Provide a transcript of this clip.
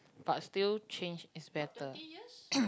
but still change is better